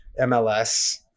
MLS